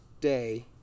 day